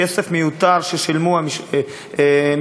כסף מיותר ששילמו משפחות,